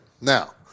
Now